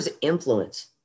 influence